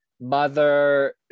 mother